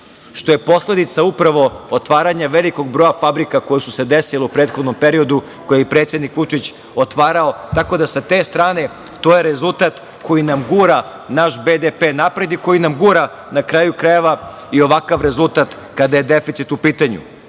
što je posledica upravo otvaranja velikog broja fabrika koje su se desile u prethodnom periodu, koje je i predsednik Vučić otvarao, tako da sa te strane, to je rezultat koji nam gura naš BDP napred i koji nam gura, na kraju krajeva, i ovakav rezultat kada je deficit u pitanju.U